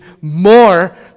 more